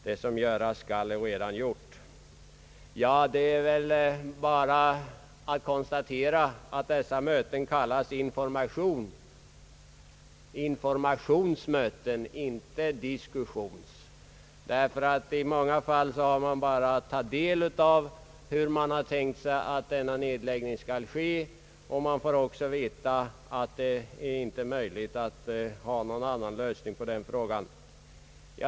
Det som göras skall är allaredan gjort!» Det är väl bara att konstatera att dessa möten kallas information — informationsmöten, inte diskussionsmöten. I många fall har man bara att ta del av hur vederbörande tänkt sig att denna nedläggning skall ske. Man får också veta att det inte är möjligt att finna någon annan lösning på denna fråga.